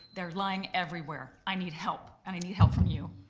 they're lying everywhere. i need help and i need help from you.